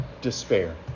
despair